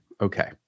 Okay